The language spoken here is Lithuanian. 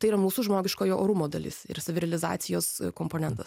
tai yra mūsų žmogiškojo orumo dalis ir savirealizacijos komponentas